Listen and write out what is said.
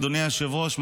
אדוני היושב-ראש,